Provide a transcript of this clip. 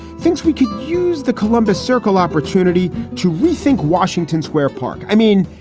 thinks we could use the columbus circle opportunity to rethink washington square park. i mean,